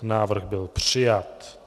Návrh byl přijat.